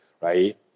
right